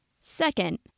Second